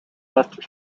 left